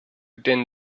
din